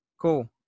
Cool